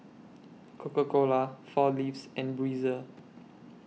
Coca Cola four Leaves and Breezer